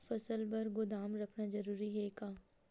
फसल बर गोदाम रखना जरूरी हे का?